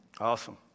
Awesome